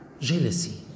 jealousy